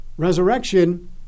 Resurrection